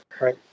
right